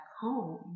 home